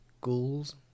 ghouls